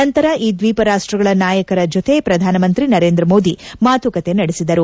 ನಂತರ ಈ ದ್ವೀಪ ರಾಷ್ಟ್ರಗಳ ನಾಯಕರ ಜತೆ ಪ್ರಧಾನಮಂತ್ರಿ ನರೇಂದ್ರ ಮೋದಿ ಮಾತುಕತೆ ನಡೆಸಿದರು